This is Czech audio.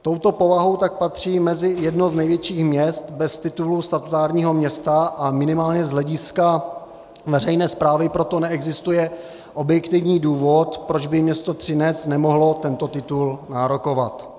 Touto povahou tak patří mezi jedno z největších měst bez titulu statutárního města, a minimálně z hlediska veřejné správy proto neexistuje objektivní důvod, proč by město Třinec nemohlo tento titul nárokovat.